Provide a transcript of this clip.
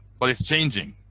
but it's changing.